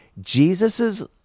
Jesus's